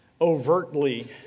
overtly